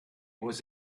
was